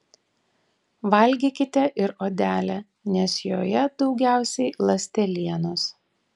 valgykite ir odelę nes joje daugiausiai ląstelienos